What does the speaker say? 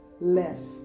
less